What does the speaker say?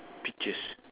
peaches